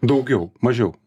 daugiau mažiau